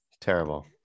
Terrible